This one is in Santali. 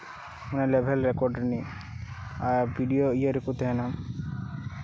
ᱚᱱᱟ ᱞᱮᱵᱷᱮᱞ ᱨᱮᱠᱚᱨᱰ ᱨᱤᱱᱤᱡ ᱟᱨ ᱵᱷᱤᱰᱭᱳ ᱤᱭᱟᱹ ᱨᱮᱠᱚ ᱛᱟᱦᱮᱸᱱᱟ